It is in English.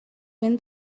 win